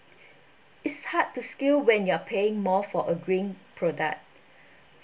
it's hard to scale when you're paying more for a green product